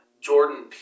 Jordan